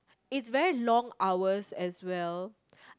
it's very long hours as well